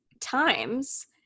times